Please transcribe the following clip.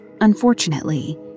Unfortunately